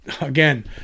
again